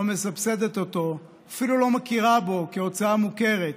מסבסדת אותו ואפילו לא מכירה בו כהוצאה המוכרת,